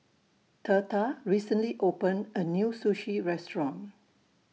Theta recently opened A New Sushi Restaurant